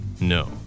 No